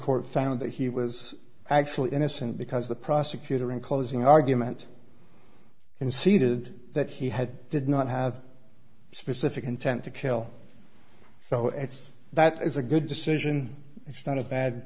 court found that he was actually innocent because the prosecutor in closing argument conceded that he had did not have specific intent to kill so it's that it's a good decision it's not a bad